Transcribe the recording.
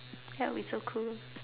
that will be so cool